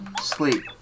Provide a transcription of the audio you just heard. sleep